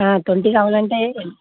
twenty కావాలంటే